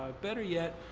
ah better yet,